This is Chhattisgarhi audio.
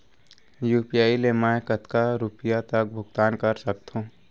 यू.पी.आई ले मैं कतका रुपिया तक भुगतान कर सकथों